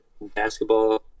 basketball